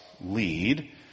lead